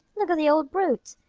look at the old brute!